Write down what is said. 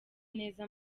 neza